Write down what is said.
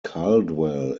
caldwell